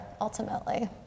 ultimately